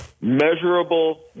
measurable